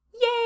Yay